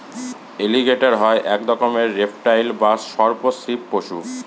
এলিগেটের হয় এক রকমের রেপ্টাইল বা সর্প শ্রীপ পশু